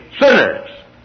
sinners